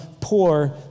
poor